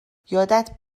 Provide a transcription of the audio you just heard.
یادت